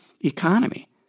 economy